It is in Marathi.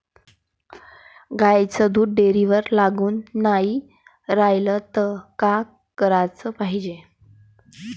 गाईचं दूध डेअरीवर लागून नाई रायलं त का कराच पायजे?